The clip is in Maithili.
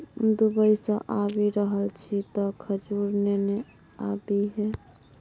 दुबई सँ आबि रहल छी तँ खजूर नेने आबिहे